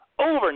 over